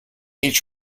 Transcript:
each